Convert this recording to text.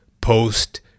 post